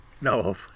No